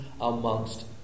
amongst